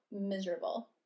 miserable